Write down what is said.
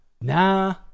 Nah